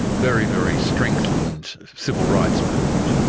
very, very strengthened civil rights movement,